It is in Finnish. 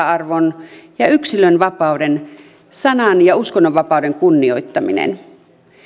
arvon ja yksilönvapauden sanan ja uskonnonvapauden kunnioittaminen